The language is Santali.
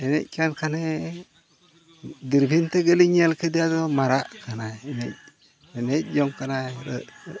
ᱮᱱᱮᱡ ᱠᱟᱱ ᱠᱷᱟᱱᱮ ᱫᱩᱨᱵᱤᱱ ᱛᱮᱜᱮᱞᱤᱧ ᱧᱮᱞ ᱠᱮᱫᱮᱭᱟ ᱟᱫᱚ ᱢᱟᱨᱟᱫ ᱠᱟᱱᱟᱭ ᱮᱱᱮᱡ ᱡᱚᱝ ᱠᱟᱱᱟᱭ ᱦᱩᱱᱟᱹᱜ